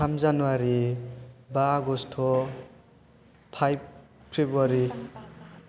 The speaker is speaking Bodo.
थाम जानुवारि बा आगष्ट फाइभ फ्रेब्रुवारि